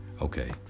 okay